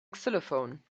xylophone